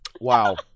Wow